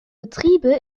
betriebe